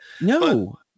No